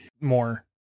more